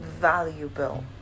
valuable